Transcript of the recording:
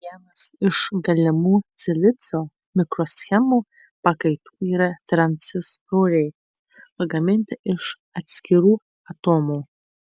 vienas iš galimų silicio mikroschemų pakaitų yra tranzistoriai pagaminti iš atskirų atomų